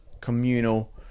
communal